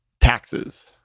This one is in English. Taxes